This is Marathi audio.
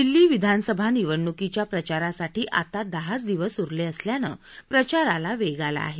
दिल्ली विधानसभा निवडणुकीच्या प्रचारासाठी आता दहाच दिवस उरले असल्यानं प्रचाराला वेग आला आहे